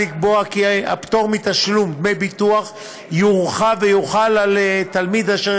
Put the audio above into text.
לקבוע כי הפטור מתשלום דמי ביטוח יורחב ויחול על תלמיד אשר